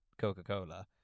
Coca-Cola